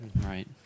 Right